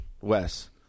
Wes